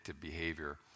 behavior